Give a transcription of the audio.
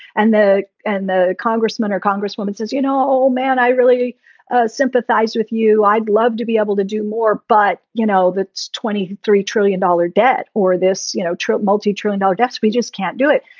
and the and the congressman or congresswoman says, you know, oh, man, i really sympathize with you. i'd love to be able to do more. but, you know, that's twenty three trillion dollar debt or this, you know, trip multitrillion dollar debts. we just can't do it.